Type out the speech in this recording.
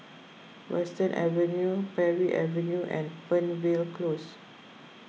Western Avenue Parry Avenue and Fernvale Close